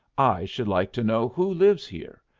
i should like to know who lives here?